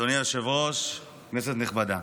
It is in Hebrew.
אדוני היושב-ראש, כנסת נכבדה,